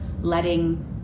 letting